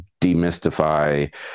demystify